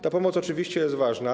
Ta pomoc oczywiście jest ważna.